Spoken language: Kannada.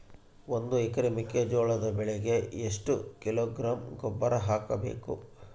ಒಂದು ಎಕರೆ ಮೆಕ್ಕೆಜೋಳದ ಬೆಳೆಗೆ ಎಷ್ಟು ಕಿಲೋಗ್ರಾಂ ಗೊಬ್ಬರ ಹಾಕಬೇಕು?